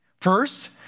First